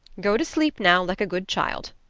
go to sleep now like a good child.